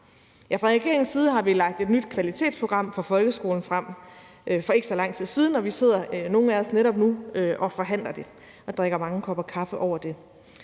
Fra regeringens side har vi lagt et nyt kvalitetsprogram for folkeskolen frem for ikke så lang tid siden, og vi sidder nogle af os netop nu og forhandler om det og drikker mange kopper kaffe over det.